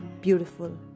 beautiful